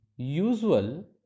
Usual